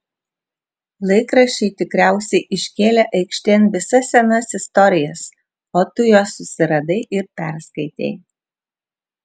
laikraščiai tikriausiai iškėlė aikštėn visas senas istorijas o tu juos susiradai ir perskaitei